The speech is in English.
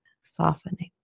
softening